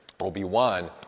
Obi-Wan